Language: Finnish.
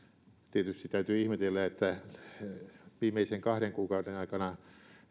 tietysti täytyy ihmetellä että viimeisen kahden kuukauden aikana